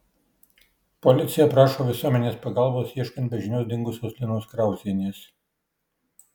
policija prašo visuomenės pagalbos ieškant be žinios dingusios linos krauzienės